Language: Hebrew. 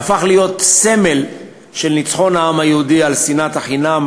שהפך להיות סמל של ניצחון העם היהודי על שנאת החינם,